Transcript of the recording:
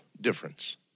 difference